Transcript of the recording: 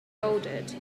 folded